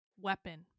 weapon